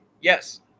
yes